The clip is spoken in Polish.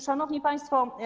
Szanowni Państwo!